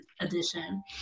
edition